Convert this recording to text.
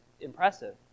impressive